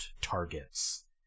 targets